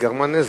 גרמו נזק.